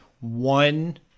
one